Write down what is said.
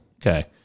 Okay